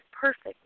perfect